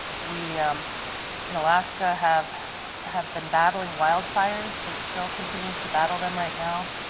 we and alaska, have have been battling wildfires, they are still continuing to battle them right now.